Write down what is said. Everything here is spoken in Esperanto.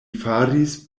faris